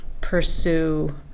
pursue